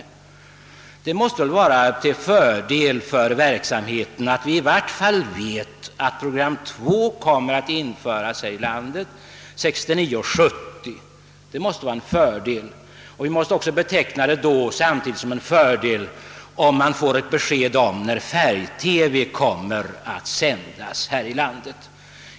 Ja det måste vara till fördel för verksamheten att vi vet att ett andra TV-program skall införas 1969/70, och det måste väl också be tecknas som en fördel att vi får besked om när färg-TV kommer att sändas här i landet.